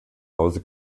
hause